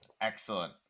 Excellent